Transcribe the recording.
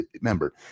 Remember